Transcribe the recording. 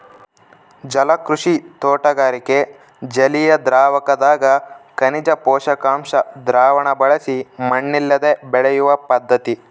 ಜಲಕೃಷಿ ತೋಟಗಾರಿಕೆ ಜಲಿಯದ್ರಾವಕದಗ ಖನಿಜ ಪೋಷಕಾಂಶ ದ್ರಾವಣ ಬಳಸಿ ಮಣ್ಣಿಲ್ಲದೆ ಬೆಳೆಯುವ ಪದ್ಧತಿ